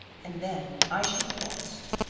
and then i shall be lost.